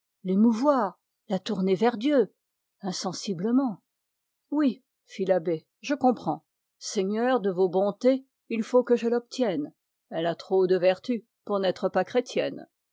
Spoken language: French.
la tourner vers dieu insensiblement oui fit l'abbé je comprends seigneur de vos bontés il faut que je l'obtienne elle a trop de vertus pour n'être pas chrétienne